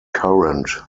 current